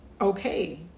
okay